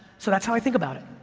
so that's how i think about it.